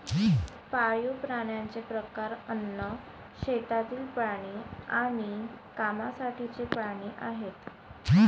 पाळीव प्राण्यांचे प्रकार अन्न, शेतातील प्राणी आणि कामासाठीचे प्राणी आहेत